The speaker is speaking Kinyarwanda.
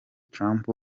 trump